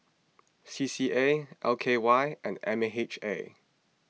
C C A L K Y and M H A